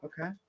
Okay